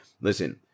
Listen